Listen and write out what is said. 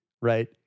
right